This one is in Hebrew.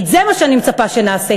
זה מה שאני מצפה שנעשה.